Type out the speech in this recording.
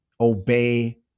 obey